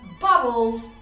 bubbles